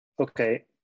okay